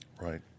Right